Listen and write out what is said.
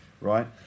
Right